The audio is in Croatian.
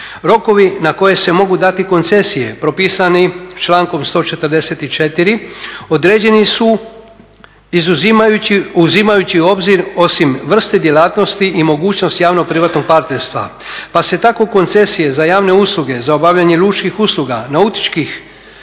Rokovi na koje se mogu dati koncesije propisani člankom 144., određeni su uzimajući u obzir osim vrste djelatnosti i mogućnost javno privatnog partnerstva pa se tako koncesije za javne usluge, za obavljanje lučkih usluga, nautičkih